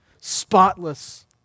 spotless